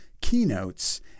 keynotes